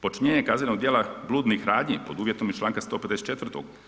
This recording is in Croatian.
Počinjenje kaznenog djela bludnih radnji pod uvjetom iz članka 154.